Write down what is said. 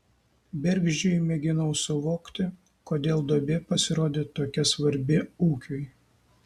bergždžiai mėginau suvokti kodėl duobė pasirodė tokia svarbi ūkiui